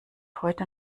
heute